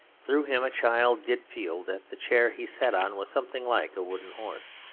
through him a child did feel that the chair he sat on was something like a wooden horse.